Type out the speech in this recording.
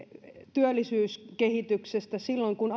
työllisyyskehityksestä silloin kun